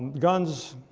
guns,